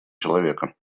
человека